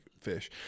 fish